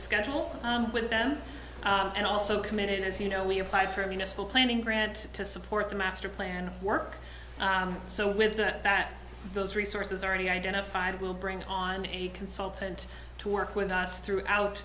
schedule with them and also committed as you know we applied for minas full planning grant to support the master plan work so with that those resources already identified will bring on a consultant to work with us throughout